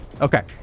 Okay